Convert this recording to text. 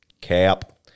Cap